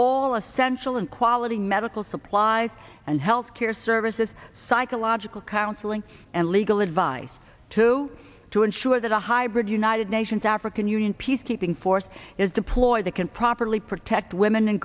all essential and quality medical supplies and health care services psychological counseling and legal advice to to ensure that a hybrid united nations african union peacekeeping force is deployed that can properly protect women and